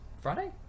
friday